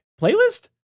playlist